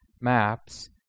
maps